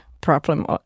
problem